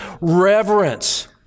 reverence